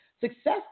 Success